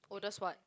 oldest what